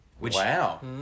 Wow